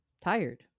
tired